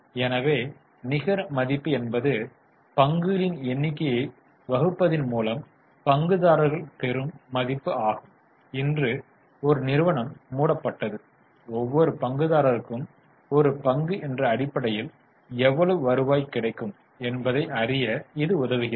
எனவே நிகர மதிப்பு என்பது பங்குகளின் எண்ணிக்கையைப் வகுப்பதின்மூலம் பங்குதாரர்கள் பெறும் மதிப்பு ஆகும் இன்று ஒரு நிறுவனம் மூடப்பட்டது ஒவ்வொரு பங்குதாரருக்கு ஒரு பங்கு என்ற அடிப்படையில் எவ்வளவு வருவாய் கிடைக்கும் என்பதை அறிய இது உதவுகிறது